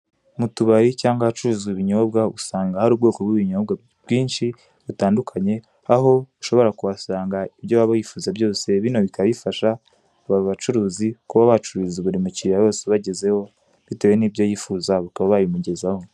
Mu tubari cyangwa ahacururizwa ibinyobwa usanga hari ubwoko bw'ibinyobwa bwinshi butandukanye aho ushobora kuhasanga ibyo waba wifuza byose bino bikaba bifasha abacuruzi, kuba bacururiza buri mukiliya wese ubagezeho, bitewe n'ibyo yifuza bakaba babimugezaho.